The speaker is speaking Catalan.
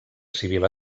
civil